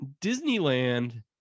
disneyland